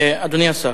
אדוני השר.